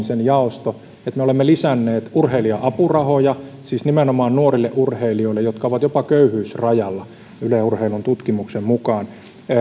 sen maaliin että me olemme lisänneet urheilija apurahoja siis nimenomaan nuorille urheilijoille jotka ovat jopa köyhyysrajalla yle urheilun tutkimuksen mukaan